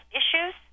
issues